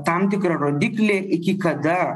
tam tikrą rodiklį iki kada